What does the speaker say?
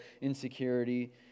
insecurity